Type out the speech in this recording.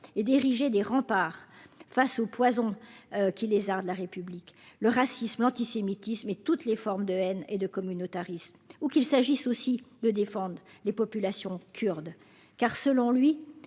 et d'ériger des remparts face au poison qui les arts de la République, le racisme, l'antisémitisme et toutes les formes de haine et de communautarisme ou qu'il s'agisse aussi de défendre les populations kurdes car, selon lui,